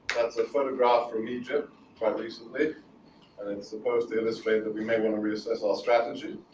that's a photograph from egypt quite recently and it's supposed to illustrate that we may want to reassess our strategy